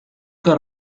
que